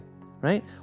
right